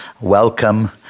welcome